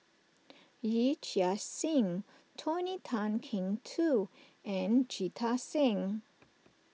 Yee Chia Hsing Tony Tan Keng Joo and Jita Singh